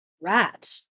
Rat